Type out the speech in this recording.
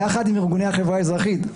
יחד עם ארגוני החברה האזרחית,